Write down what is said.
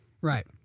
Right